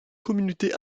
communautés